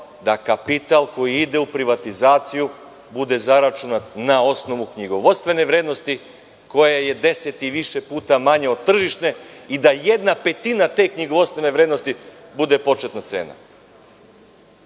da kapital koji ide u privatizaciju bude zaračunat na osnovu knjigovodstvene vrednosti, koja je deset i više puta manja od tržišne, i da jedna petina te knjigovodstvene vrednosti bude početna cena.